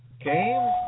game